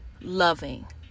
loving